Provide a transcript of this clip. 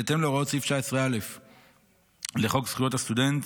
בהתאם להוראות סעיף 19א לחוק זכויות הסטודנט,